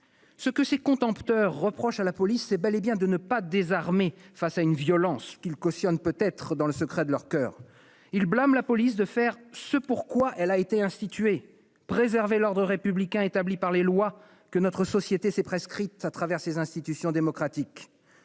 Ce que ses contempteurs reprochent à la police, c'est bel et bien de ne pas désarmer face à une violence qu'ils cautionnent peut-être dans le secret de leurs coeurs. Ils blâment la police de faire ce pour quoi elle a été instituée : préserver l'ordre républicain établi par les lois que notre société s'est prescrites au travers de ses institutions démocratiques.